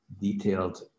detailed